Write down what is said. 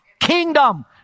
Kingdom